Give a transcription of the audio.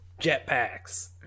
jetpacks